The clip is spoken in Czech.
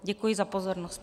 Děkuji za pozornost.